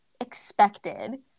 expected